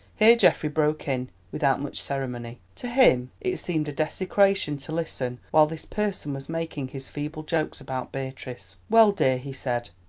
here geoffrey broke in without much ceremony. to him it seemed a desecration to listen while this person was making his feeble jokes about beatrice. well, dear, he said,